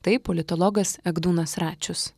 tai politologas egdūnas račius